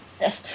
Yes